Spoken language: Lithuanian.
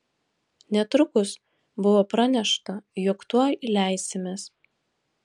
netrukus buvo pranešta jog tuoj leisimės